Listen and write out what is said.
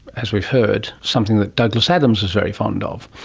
as we've heard, something that douglas adams is very fond of.